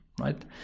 right